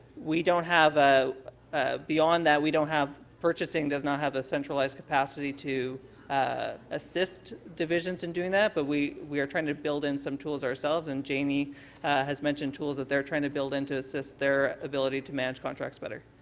we don't have ah beyond that we don't have purchasng does not have a centralized capacity to ah assist divisions in doing that, but we we are trying to build in some tools ourselves and jamie has mentioned tools that they're trying to build into assist their ability to manage contracts better.